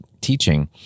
teaching